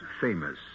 famous